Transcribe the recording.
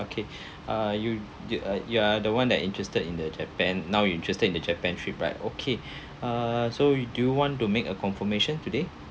okay uh you you are you are the one that interested in the japan now you're interested in the japan trip right okay uh so do you want to make a confirmation today